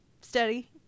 steady